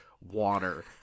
water